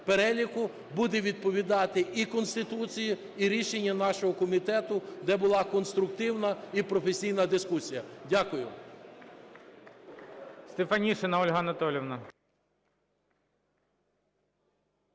буде відповідати і Конституції, і рішенню нашого комітету, де була конструктивна і професійна дискусія. Дякую.